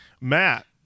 Matt